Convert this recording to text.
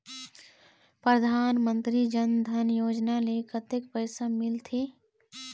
परधानमंतरी जन धन योजना ले कतक पैसा मिल थे?